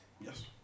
Yes